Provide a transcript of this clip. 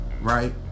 right